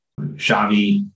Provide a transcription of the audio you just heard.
Xavi